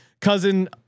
cousin